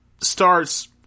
starts